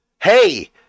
Hey